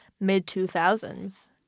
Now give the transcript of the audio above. mid-2000s